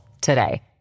today